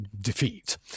defeat